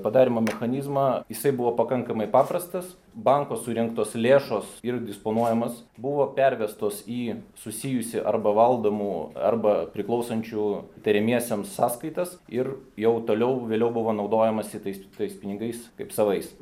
padarymo mechanizmą jisai buvo pakankamai paprastas banko surinktos lėšos ir disponuojamos buvo pervestos į susijusį arba valdomų arba priklausančių įtariamiesiems sąskaitas ir jau toliau vėliau buvo naudojamasi tais tais pinigais kaip savais